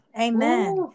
amen